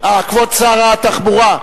כבוד שר התחבורה,